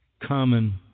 common